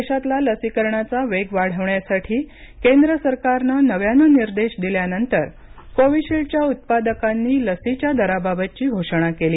देशातला लसीकरणाचा वेग वाढवण्यासाठी केंद्र सरकारनं नव्यानं निर्देश दिल्यानंतर कोविशिल्डच्या उत्पादकांनी लसीच्या दराबाबतची घोषणा केली